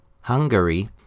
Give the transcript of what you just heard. Hungary